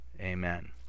amen